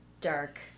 dark